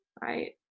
right